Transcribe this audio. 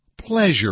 pleasure